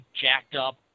jacked-up